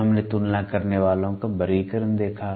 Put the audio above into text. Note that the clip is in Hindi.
तब हमने तुलना करने वालों का वर्गीकरण देखा